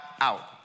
out